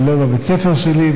ולא בבית הספר שלי,